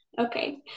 Okay